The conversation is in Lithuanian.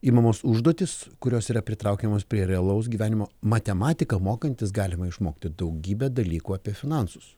imamos užduotys kurios yra pritraukiamos prie realaus gyvenimo matematiką mokantis galima išmokti daugybę dalykų apie finansus